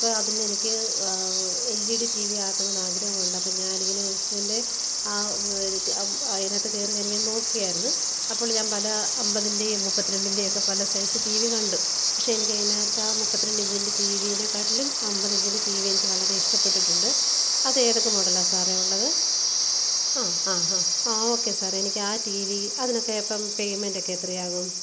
അപ്പം അതിനെനിക്ക് L E D T V ആക്കണം എന്ന് ആഗ്രഹമുണ്ട് അപ്പം ഞാനിങ്ങനെ ഓക്സിജന്റെ അതിനകത്ത് കയറി ഞാനിങ്ങനെ നോക്കിയായിരുന്നു അപ്പോൾ ഞാൻ പല അമ്പതിന്റേം മുപ്പത്തിരണ്ടിൻറ്റേയൊക്കെ പല സൈസ്സ് ടീ വി കണ്ടു പക്ഷെ അതിനകത്ത് ആ മുപ്പത്തി രണ്ട് ഇഞ്ചിന്റെ ടീ വീനെക്കാട്ടിലും അമ്പത് ഇഞ്ചിന്റെ ടീ വി എനിക്ക് വളരെ ഇഷ്ടപ്പെട്ടിട്ടുണ്ട് അതേതൊക്കെ മോഡലാ സാറേ ഉള്ളത് അ അ ഹ ആ ഓക്കെ സാർ എനിക്കാ ടീ വി അതിനൊക്കെ ഇപ്പം പേമെന്റ് ഒക്കെ എത്രയാകും